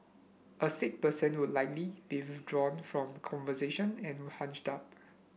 a sick person will likely from conversation and would hunch up